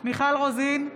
מיכל רוזין,